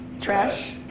Trash